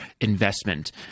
investment